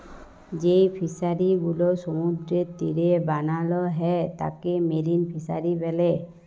যেই ফিশারি গুলো সমুদ্রের তীরে বানাল হ্যয় তাকে মেরিন ফিসারী ব্যলে